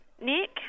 Nick